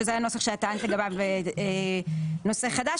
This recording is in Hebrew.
שזה הנוסח שאת טענת לגביו נושא חדש,